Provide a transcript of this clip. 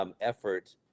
effort